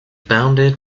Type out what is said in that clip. bounded